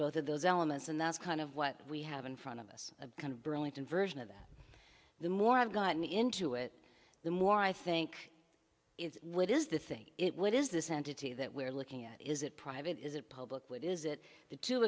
both of those elements and that's kind of what we have in front of us a kind of burlington version of that the more i've gotten into it the more i think it's what is the thing it what is this entity that we're looking at is it private is it public what is it the two